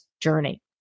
journey